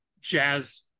jazz